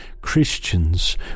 Christians